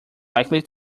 likely